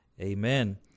amen